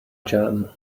jam